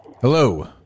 Hello